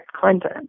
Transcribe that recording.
Clinton